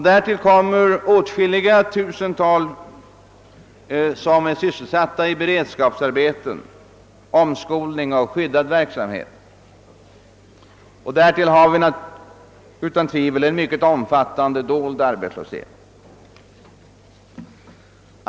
Därtill kommer åtskilliga tusental som är sysselsatta i beredskapsarbeten, med omskolning och i skyddad verksamhet. Dessutom har vi utan tvivel en mycket omfattande dold arbetslöshet.